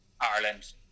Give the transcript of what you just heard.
Ireland